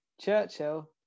Churchill